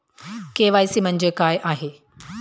KYC म्हणजे काय आहे?